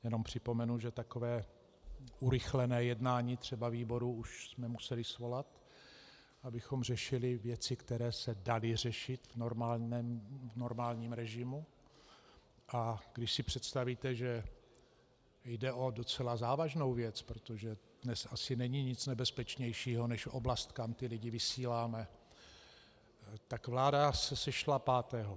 Jenom připomenu, že takové urychlené jednání třeba výboru jsme už museli svolat, abychom řešili věci, které se daly řešit v normálním režimu, a když si představíte, že jde o docela závažnou věc, protože dnes ani není nic nebezpečnějšího než oblast, kam ty lidi vysíláme, tak vláda se sešla pátého.